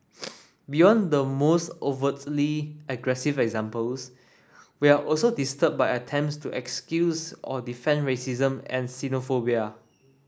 beyond the most overtly aggressive examples we are also disturbed by attempts to excuse or defend racism and xenophobia